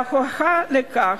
וההוכחה לכך: